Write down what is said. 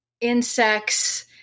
insects